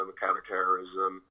counterterrorism